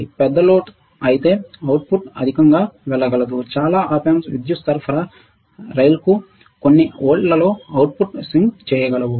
పెద్ద లోడ్తో అయితే అవుట్పుట్ అధికంగా వెళ్ళగలదు చాలా ఆప్ ఆంప్స్ విద్యుత్ సరఫరా రైల్కు కొన్ని వోల్ట్లలో అవుట్పుట్ను స్వింగ్ చేయగలవు